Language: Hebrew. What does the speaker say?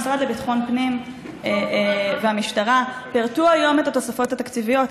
המשרד לביטחון פנים והמשטרה פירטו היום את התוספות התקציביות.